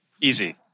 Easy